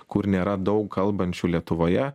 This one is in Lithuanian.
kur nėra daug kalbančių lietuvoje